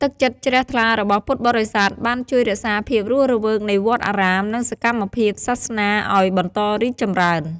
ទឹកចិត្តជ្រះថ្លារបស់ពុទ្ធបរិស័ទបានជួយរក្សាភាពរស់រវើកនៃវត្តអារាម និងសកម្មភាពសាសនាឱ្យបន្តរីកចម្រើន។